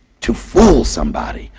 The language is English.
to fool somebody.